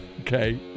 Okay